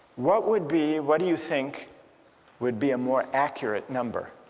what would be, what do you think would be a more accurate number?